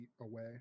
away